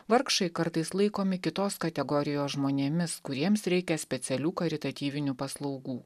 vargšai kartais laikomi kitos kategorijos žmonėmis kuriems reikia specialių karitatyvinių paslaugų